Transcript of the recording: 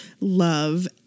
love